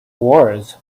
wars